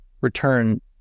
return